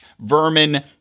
Vermin